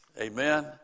Amen